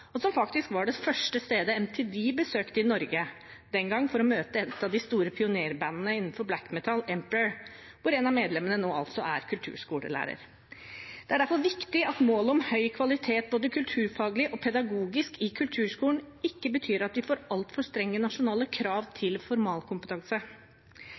og som faktisk var det første stedet MTV besøkte i Norge – den gang for å møte et av de store pionerbandene innenfor black metal, Emperor, hvor et av medlemmene nå altså er kulturskolelærer. Det er derfor viktig at målet om høy kvalitet både kulturfaglig og pedagogisk i kulturskolen ikke betyr at vi får altfor strenge nasjonale krav